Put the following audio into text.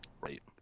Right